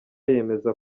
yemeza